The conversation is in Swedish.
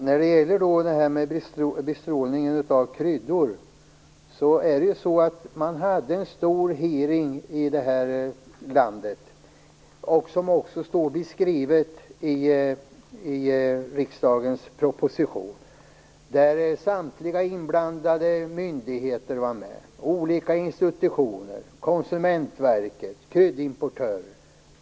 Man hade här i Sverige en stor hearing om bestrålning av kryddor, vilken finns beskriven i propositionen. Samtliga inblandade myndigheter var med, liksom olika institutioner, Konsumentverket och kryddimportörer.